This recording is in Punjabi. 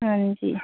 ਹਾਂਜੀ